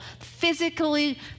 Physically